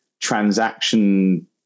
transaction